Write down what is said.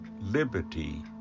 liberty